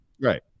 Right